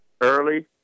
early